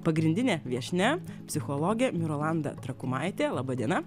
pagrindinė viešnia psichologė mirolanda trakumaitė laba diena